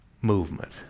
movement